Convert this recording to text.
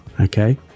Okay